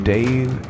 Dave